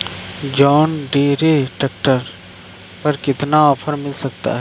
John Deere tractor पर कितना offer मिल सकता है?